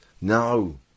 No